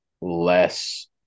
less